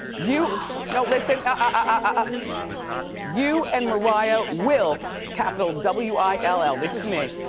you know listen. ah you and mariah will, capital w i l l this is me.